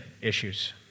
issues